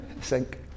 Sink